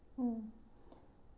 mm